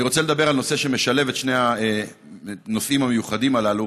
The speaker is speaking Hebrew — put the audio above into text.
אני רוצה לדבר על נושא שמשלב את שני הנושאים המיוחדים הללו,